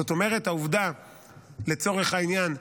זאת אומרת לצורך העניין,